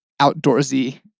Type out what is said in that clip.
outdoorsy